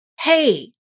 Hey